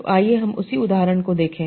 तो आइए हम उसी उदाहरण को देखें